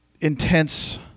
intense